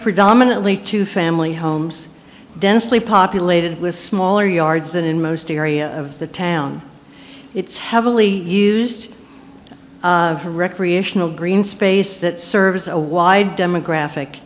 predominately two family homes densely populated with smaller yards than in most areas of the town it's heavily used for recreational green space that serves a wide demographic